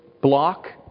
block